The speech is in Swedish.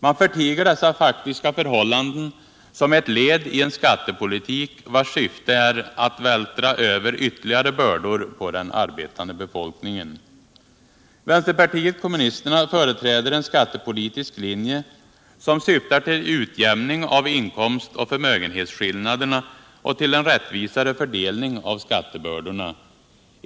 Man förtiger dessa faktiska förhållanden som ctwt led i en skattepolitik vars syfte är att vältra över ytterligare bördor på den arbetande befolkningen. Vänsterpartiet kommunisterna företräder en skattepolitisk linje som syftar till utjämning av inkomst och förmögenhetsskillnaderna och till en rättvisarc fördelning av skattebördorna.